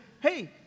hey